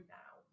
now